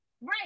Right